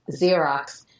Xerox